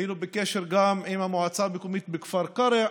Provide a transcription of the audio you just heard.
היינו בקשר גם עם המועצה המקומית בכפר קרע,